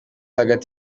hagati